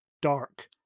dark